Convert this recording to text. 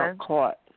caught